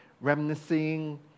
reminiscing